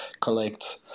collect